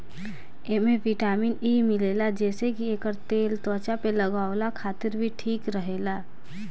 एमे vitamin E मिलेला जेसे की एकर तेल त्वचा पे लगवला खातिर भी ठीक रहेला